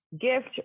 gift